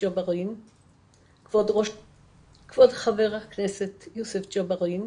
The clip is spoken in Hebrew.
כבוד חבר הכנסת יוסף ג'בארין,